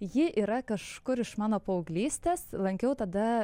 ji yra kažkur iš mano paauglystės lankiau tada